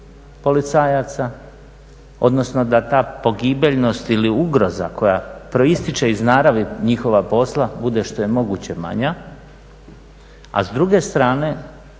policajaca odnosno da ta pogibeljnost ili ugroza koja proističe iz naravi njihova posla bude što je moguće manja. A s druge strane